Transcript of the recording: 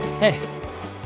Hey